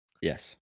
Yes